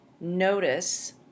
notice